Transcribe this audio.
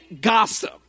gossip